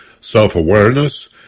self-awareness